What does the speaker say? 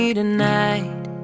tonight